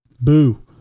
boo